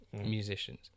musicians